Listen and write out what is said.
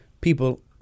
people